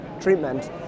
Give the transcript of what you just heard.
treatment